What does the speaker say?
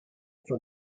for